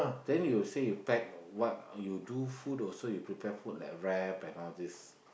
then we'll say you pack what you do food also you prepare food like wrap and all these